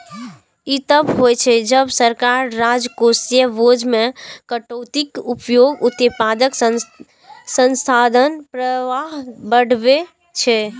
ई तब होइ छै, जब सरकार राजकोषीय बोझ मे कटौतीक उपयोग उत्पादक संसाधन प्रवाह बढ़बै छै